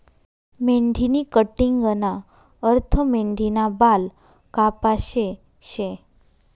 मेंढीनी कटिंगना अर्थ मेंढीना बाल कापाशे शे